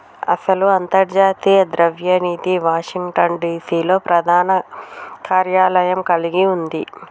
అసలు అంతర్జాతీయ ద్రవ్య నిధి వాషింగ్టన్ డిసి లో ప్రధాన కార్యాలయం కలిగి ఉంది